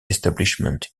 establishment